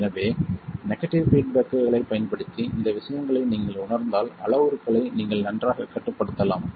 எனவே நெகடிவ் பீட்பேக்களைப் பயன்படுத்தி இந்த விஷயங்களை நீங்கள் உணர்ந்தால் அளவுருக்களை நீங்கள் நன்றாகக் கட்டுப்படுத்தலாம்